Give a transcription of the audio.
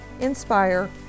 inspire